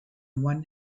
one